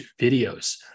videos